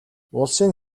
улсын